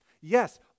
Yes